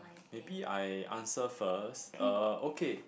maybe I answer first uh okay